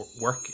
work